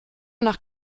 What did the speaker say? nach